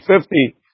fifty